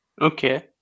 Okay